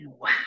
wow